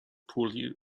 poorly